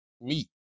meat